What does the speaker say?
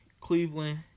cleveland